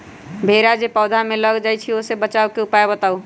भेरा जे पौधा में लग जाइछई ओ से बचाबे के उपाय बताऊँ?